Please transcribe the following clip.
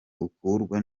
ukururwa